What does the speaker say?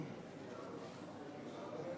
עניינה של הצעת החוק שהגישה חברת הכנסת מירב בן